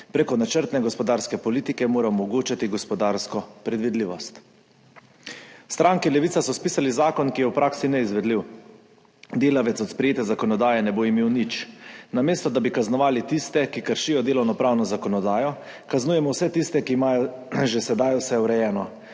Prek načrtne gospodarske politike mora omogočiti gospodarsko predvidljivost. V stranki Levica so spisali zakon, ki je v praksi neizvedljiv. Delavec od sprejete zakonodaje ne bo imel nič. Namesto da bi kaznovali tiste, ki kršijo delovnopravno zakonodajo, kaznujemo vse tiste, ki imajo že sedaj vse urejeno.